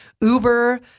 uber –